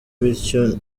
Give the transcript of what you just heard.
bityo